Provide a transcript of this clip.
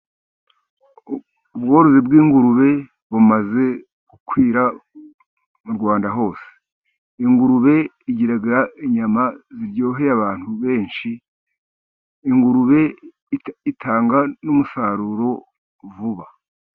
Ubworozi bw'ingurube bumaze gukwira mu Rwanda hose. iIngurube igira inyama ziryoheye abantu benshi . Ingurube itanga n'umusaruro vuba.